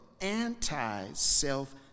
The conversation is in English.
anti-self